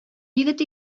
егет